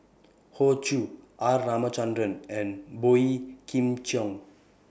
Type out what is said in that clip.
Hoey Choo R Ramachandran and Boey Kim Cheng